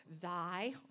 Thy